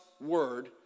word